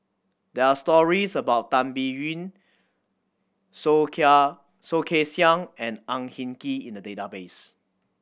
there are stories about Tan Biyun Soh Soh Kay Siang and Ang Hin Kee in the database